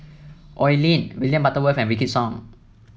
Oi Lin William Butterworth and Wykidd Song